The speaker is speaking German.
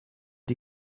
die